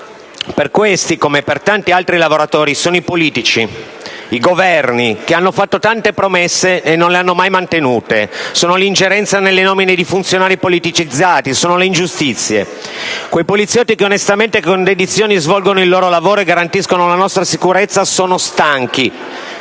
per questi, come per tanti altri lavoratori, sono i politici e i Governi che hanno fatto tante promesse e non le hanno mai mantenute; sono l'ingerenza nelle nomine di funzionari politicizzati e le ingiustizie. Quei poliziotti che onestamente e con dedizione svolgono il loro lavoro e garantiscono la nostra sicurezza sono stanchi.